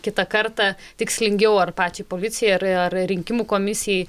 kitą kartą tikslingiau ar pačiai policijai ir ar rinkimų komisijai